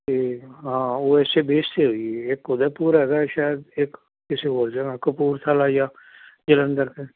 ਅਤੇ ਹਾਂ ਉਹ ਇਸ ਬੇਸ 'ਤੇ ਹੋਈ ਹੈ ਇੱਕ ਉਦੈਪੁਰ ਹੈਗਾ ਸ਼ਾਇਦ ਇੱਕ ਕਿਸੇ ਹੋਰ ਜਗ੍ਹਾ ਕਪੂਰਥਲਾ ਜਾਂ ਜਲੰਧਰ 'ਚ